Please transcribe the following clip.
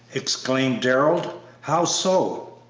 exclaimed darrell. how so?